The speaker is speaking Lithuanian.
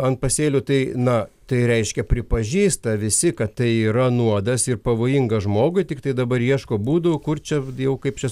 ant pasėlių tai na tai reiškia pripažįsta visi kad tai yra nuodas ir pavojinga žmogui tiktai dabar ieško būdų kur čią jau kaip čia